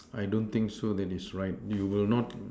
I don't think so that is right you will not